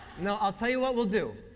no, i'll tell you what we'll do.